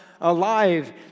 alive